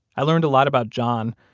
i learned a lot about john,